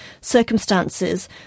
circumstances